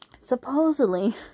supposedly